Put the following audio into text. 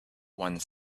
one